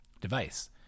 Device